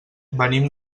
venim